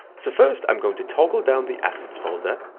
so first i'm going to toggle down the assets folder,